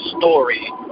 story